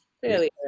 fairly